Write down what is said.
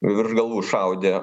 virš galvų šaudė